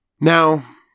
Now